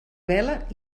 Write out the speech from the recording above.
vela